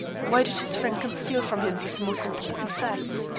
why did his friend conceal from him these most important facts?